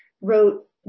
wrote